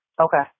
Okay